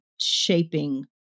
shaping